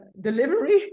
delivery